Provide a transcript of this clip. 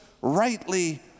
rightly